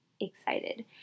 excited